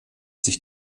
sich